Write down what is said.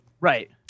Right